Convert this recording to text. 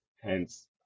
Hence